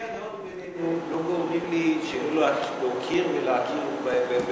חילוקי הדעות בינינו לא גורמים לי שלא להוקיר ולהכיר בתכונותיו הטובות.